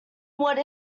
what